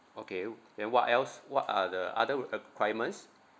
okay then what else what are the other requirements